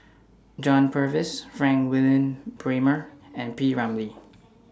John Purvis Frank Wilmin Brewer and P Ramlee